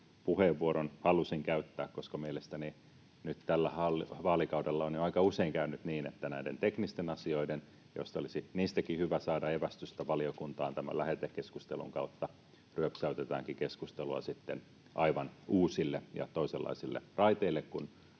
puheenvuoron halusin käyttää, koska mielestäni nyt tällä vaalikaudella on jo aika usein käynyt niin, että näiden teknisten asioiden, joista niistäkin olisi hyvä saada evästystä valiokuntaan tämän lähetekeskustelun kautta, ryöpsäytetäänkin keskustelua sitten aivan uusille ja toisenlaisille raiteille